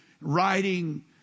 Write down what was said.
writing